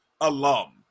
alum